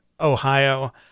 Ohio